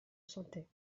sentait